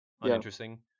uninteresting